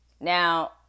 Now